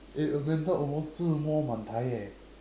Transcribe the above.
eh Amanda almost eh